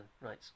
Right